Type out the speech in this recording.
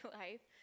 life